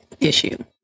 issue